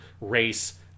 race